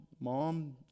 mom